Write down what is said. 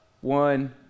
one